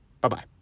Bye-bye